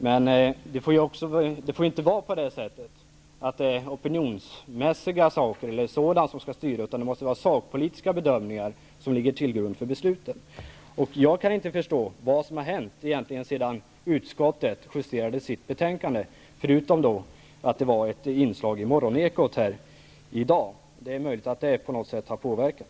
Men det får inte vara opinionsmässiga saker som styr. Det måste vara sakpolitiska bedömningar som ligger till grund för beslutet. Jag kan inte förstå vad som har hänt sedan utskottet justerade sitt betänkande, förutom att det var ett inslag i Morgonekot i dag. Det är möjligt att det på något sätt har påverkat.